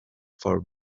for